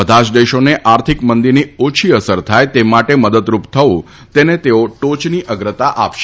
બધા જ દેશોને આર્થિક મંદીની ઓછી અસર થાય તે માટે મદદરૂપ થવુ તેને તેઓ ટોયની અગ્રતા આપશે